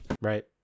Right